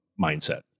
mindset